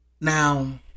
Now